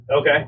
Okay